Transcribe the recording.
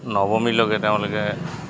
নৱমীলৈকে তেওঁলোকে